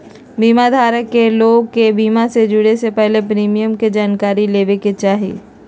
बीमा धारक लोग के बीमा से जुड़े से पहले प्रीमियम के जानकारी लेबे के चाही